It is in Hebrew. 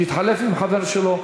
שיתחלף עם חבר שלו.